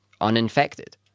uninfected